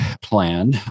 plan